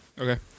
Okay